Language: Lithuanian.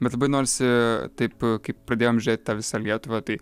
bet labai norisi taip kaip pradėjom žiūrėt tą visą lietuvą tai